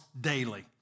daily